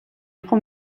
იყო